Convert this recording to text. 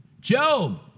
Job